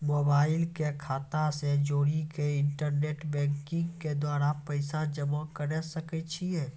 Mobile के खाता से जोड़ी के इंटरनेट बैंकिंग के द्वारा पैसा जमा करे सकय छियै?